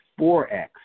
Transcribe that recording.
4X